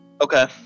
Okay